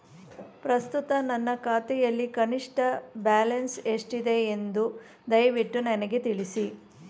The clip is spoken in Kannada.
ಪ್ರಸ್ತುತ ನನ್ನ ಖಾತೆಯಲ್ಲಿ ಕನಿಷ್ಠ ಬ್ಯಾಲೆನ್ಸ್ ಎಷ್ಟಿದೆ ಎಂದು ದಯವಿಟ್ಟು ನನಗೆ ತಿಳಿಸಿ